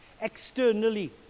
externally